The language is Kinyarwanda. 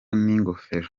n’ingofero